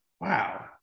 wow